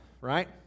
Right